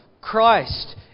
Christ